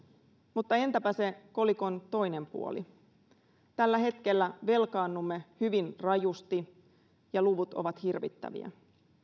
mutta entäpä se kolikon toinen puoli tällä hetkellä velkaannumme hyvin rajusti ja luvut ovat hirvittäviä